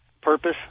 purpose